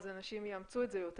אז אנשים יאמצו את זה יותר.